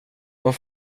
vad